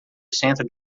centro